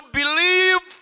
believe